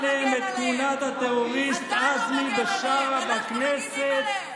עליהם את כהונת הטרוריסט עזמי בשארה בכנסת?